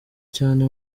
cyane